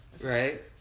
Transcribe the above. Right